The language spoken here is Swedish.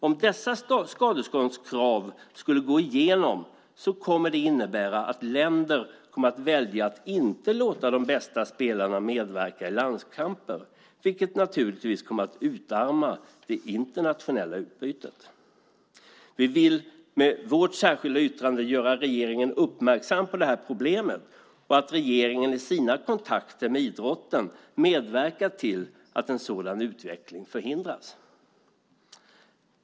Om dessa skadeståndskrav skulle gå igenom kommer det att innebära att länder kommer att välja att inte låta de bästa spelarna medverka i landskamper, vilket naturligtvis kommer att utarma det internationella utbytet. Vi vill med vårt särskilda yttrande göra regeringen uppmärksam på detta problem och att regeringen i sina kontakter med idrotten medverkar till att en sådan utveckling förhindras.